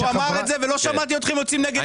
הוא אמר את זה ולא שמעתי אתכם יוצאים נגד זה.